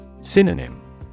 Synonym